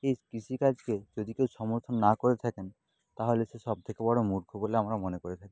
এই কৃষিকাজকে যদি কেউ সমর্থন না করে থাকেন তাহলে সে সবথেকে বড় মূর্খ বলে আমরা মনে করে থাকি